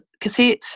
cassette